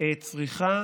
צריכה